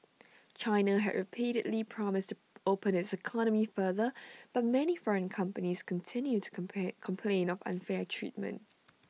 China has repeatedly promised to open its economy further but many foreign companies continue to come pay complain of unfair treatment